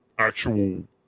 actual